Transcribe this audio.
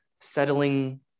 settling